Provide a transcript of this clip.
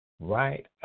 Right